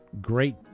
great